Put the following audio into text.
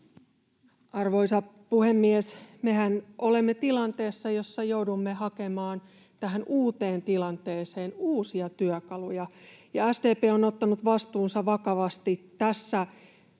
Arvoisa puhemies! Mehän olemme tilanteessa, jossa joudumme hakemaan tähän uuteen tilanteeseen uusia työkaluja. Ja SDP on ottanut vastuunsa vakavasti tässä